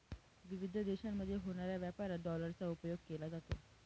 विविध देशांमध्ये होणाऱ्या व्यापारात डॉलरचा उपयोग केला जातो